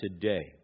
today